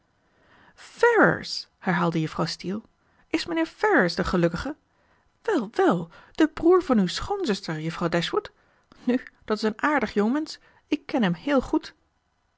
ferrars herhaalde juffrouw steele is mijnheer ferrars de gelukkige wel wel de broer van uw schoonzuster juffrouw dashwood nu dat is een aardig jongmensch ik ken hem heel goed